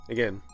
Again